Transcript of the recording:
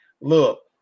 look